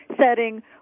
setting